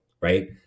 right